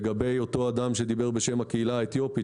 לגבי אותו אדם שדיבר בשם הקהילה האתיופית,